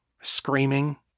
screaming